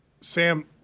Sam